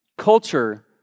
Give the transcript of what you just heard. culture